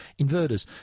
inverters